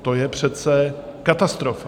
To je přece katastrofa.